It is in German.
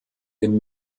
den